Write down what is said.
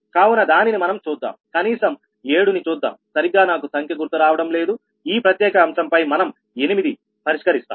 కావున దానిని మనం చూద్దాం కనీసం ఏడు ని చూద్దాం సరిగ్గా నాకు సంఖ్య గుర్తు రావడం లేదు ఈ ప్రత్యేక అంశంపై మనం 8 పరిష్కరిస్తాం